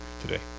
today